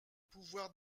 pouvoir